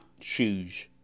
shoes